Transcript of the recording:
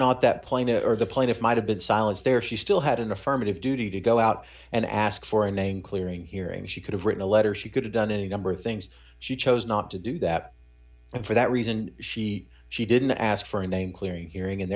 not that plane or the plaintiff might have been silence there she still had an affirmative duty to go out and ask for a name clearing hearing she could have written a letter she could have done any number of things she chose not to do that and for that reason she she didn't ask for a name clearing hearing and